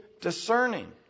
discerning